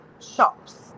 shops